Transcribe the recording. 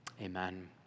Amen